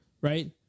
Right